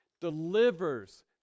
delivers